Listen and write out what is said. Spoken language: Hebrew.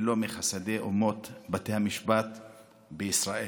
ולא מחסידי אומות בתי המשפט בישראל.